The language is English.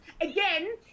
again